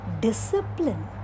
discipline